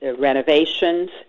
renovations